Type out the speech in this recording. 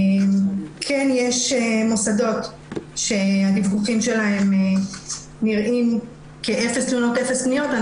יש מוסדות שהדיווחים שלהם נראים כאפס תלונות ואפס פניות.